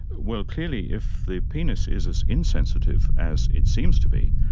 well, clearly if the penis is as insensitive as it seems to be,